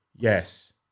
Yes